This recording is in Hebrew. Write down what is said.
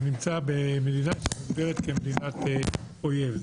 שנמצאים במדינה המוגדרת כמדינת אויב.